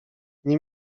nie